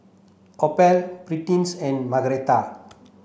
Opal Prentice and Margarette